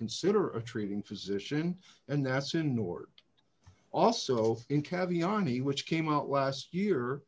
consider a treating physician and that's in nort also in caviar and he which came out last year